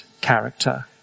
character